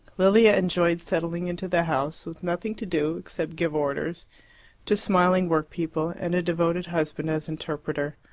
lilia enjoyed settling into the house, with nothing to do except give orders to smiling workpeople, and a devoted husband as interpreter.